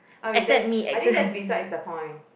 ah wait that's I think that's besides the point